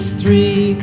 three